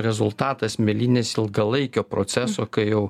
rezultatas mėlynės ilgalaikio proceso kai jau